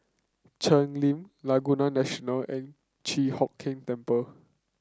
Cheng Lim Laguna National and Chi Hock Keng Temple